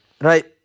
Right